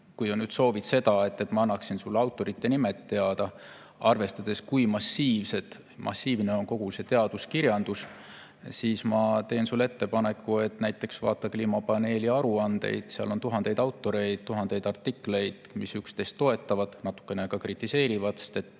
sa soovid seda, et ma annaksin sulle teada autorite nimed, arvestades, kui massiivne on kogu see teaduskirjandus, siis ma teen sulle ettepaneku, et vaata näiteks kliimapaneeli aruandeid. Seal on tuhandeid autoreid, tuhandeid artikleid, mis üksteist toetavad, natukene ka kritiseerivad, sest